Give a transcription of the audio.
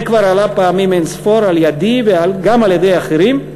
זה כבר הועלה פעמים אין-ספור על-ידי וגם על-ידי אחרים,